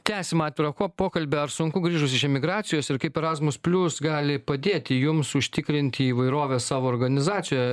tęsiam atvirą ko pokalbį ar sunku grįžus iš emigracijos ir kaip erasmus plius gali padėti jums užtikrinti įvairovę savo organizacijoje